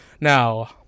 Now